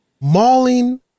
mauling